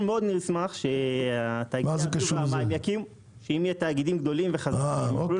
נשמח מאוד שאם יהיו תאגידים גדולים וחזקים יוכלו